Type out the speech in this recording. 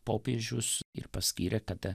popiežius ir paskyrė kad